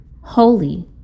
holy